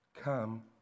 Come